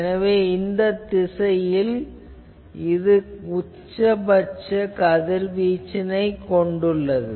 எனவே இந்த திசையில் இது உச்சபட்ச கதிர்வீச்சினைக் கொண்டுள்ளது